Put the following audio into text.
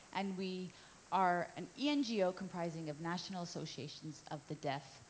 and we are an ngo comprising of national associations of the deaf,